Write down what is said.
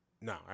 No